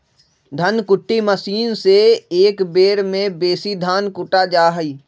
धन कुट्टी मशीन से एक बेर में बेशी धान कुटा जा हइ